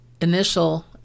initial